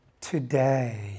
Today